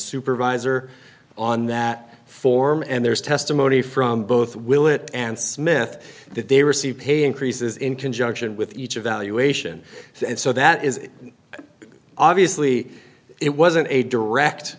supervisor on that form and there is testimony from both willett and smith that they received pay increases in conjunction with each of our you ation and so that is obviously it wasn't a direct